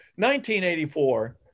1984